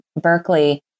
Berkeley